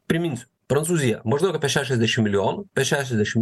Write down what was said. priminsiu prancūzija maždaug apie šešiasdešim milijonų šešiadešim